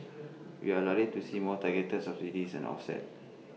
we are likely to see more targeted subsidies and offsets